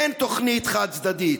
אין תוכנית חד-צדדית,